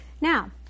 Now